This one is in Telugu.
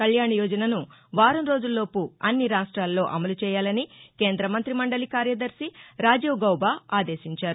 కళ్యాణ్ యోజనను వారం రోజుల్లోపు అన్ని రాష్టాల్లో అమలు చేయాలని కేంద్ర మంత్రిమండలి కార్యదర్శి రాజీవ్ గౌబా ఆదేశించారు